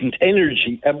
energy